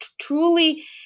truly